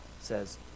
says